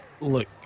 look